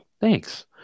Thanks